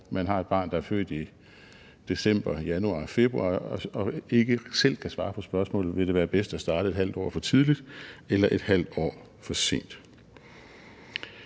man har et barn, der er født i december, januar eller februar, og hvor man ikke selv kan svare på spørgsmålet, om det vil være bedst at starte et halvt år for tidligt eller et halvt år for sent.